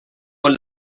vol